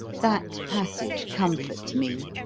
that passage comforts me.